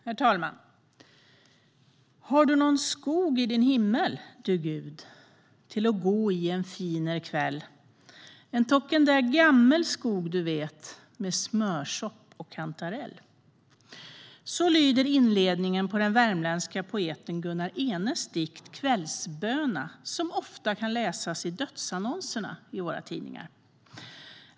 Herr talman! Har du nån skog i din himmel, du Gud, till att gå i en finer kvällEn tocken där gammel skog, du vetmed smörsopp å kantarell. Så lyder inledningen på den värmländska poeten Gunnar Ehnes dikt Kvällsböna , som ofta kan läsas i dödsannonserna i våra tidningar.